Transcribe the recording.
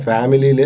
Family